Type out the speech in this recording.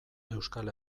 euskal